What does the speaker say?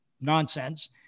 nonsense